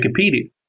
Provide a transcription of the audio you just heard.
Wikipedia